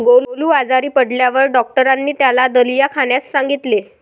गोलू आजारी पडल्यावर डॉक्टरांनी त्याला दलिया खाण्यास सांगितले